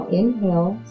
inhale